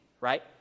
right